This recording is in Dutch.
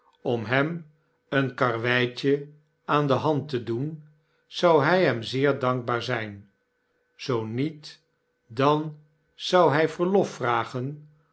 om hem een karweitje aan de hand te doen zou hij hem zeer dankbaar zijn zoo niet dan zou hij verlof vragen